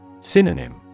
Synonym